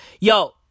yo